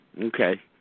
Okay